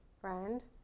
friend